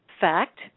Fact